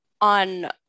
on